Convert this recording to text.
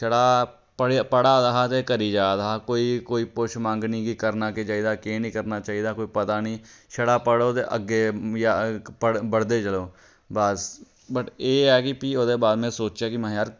छड़ा पढ़े पढ़ा दा हा ते करी जा दा हा कोई कोई पुच्छ मंग नेईं ही करना केह् चाहि्दा केह् नी करना चाहि्दा कोई पता नी छड़ा पढ़ो ते अग्गें जां बढ़दे चलो बस बट एह् ऐ कि फ्ही ओह्दे बाद में सोचेआ कि महां यार